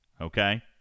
Okay